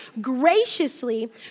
graciously